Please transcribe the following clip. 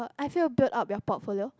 uh I feel built up your portfolio